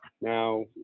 now